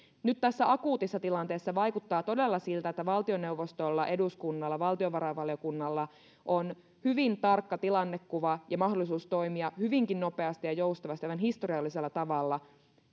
nyt tässä akuutissa tilanteessa vaikuttaa todella siltä että valtioneuvostolla eduskunnalla ja valtiovarainvaliokunnalla on hyvin tarkka tilannekuva ja mahdollisuus toimia hyvinkin nopeasti ja joustavasti aivan historiallisella tavalla